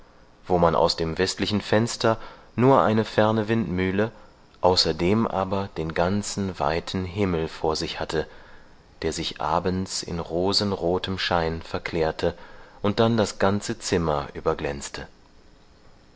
wo man aus dem westlichen fenster nur eine ferne windmühle außerdem aber den ganzen weiten himmel vor sich hatte der sich abends in rosenrotem schein verklärte und dann das ganze zimmer